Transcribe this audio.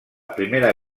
primera